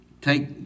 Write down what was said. take